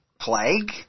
plague